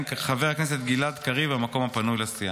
חבר הכנסת גלעד קריב במקום הפנוי לסיעה.